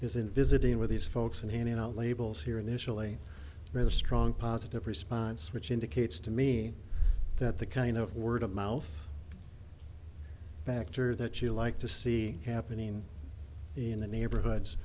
in visiting with these folks and handing out labels here initially really strong positive response which indicates to me that the kind of word of mouth factor that you like to see happening in the neighborhoods